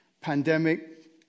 Pandemic